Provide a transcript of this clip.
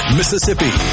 Mississippi